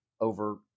over